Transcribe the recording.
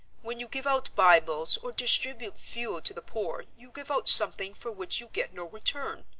when you give out bibles or distribute fuel to the poor you give out something for which you get no return.